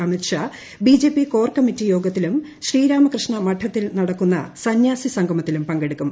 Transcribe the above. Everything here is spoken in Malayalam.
Amit Shah BJP core committee യോഗത്തിലും ശ്രീരാമകൃഷ്ണ മഠത്തിൽ നടക്കുന്ന സന്യാസി സംഗമത്തിലും പങ്കെടുക്കും